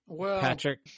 Patrick